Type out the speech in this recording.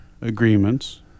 agreements